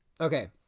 Okay